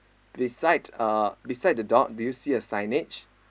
beside uh beside the dog do you see a signage